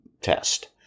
test